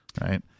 right